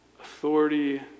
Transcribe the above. authority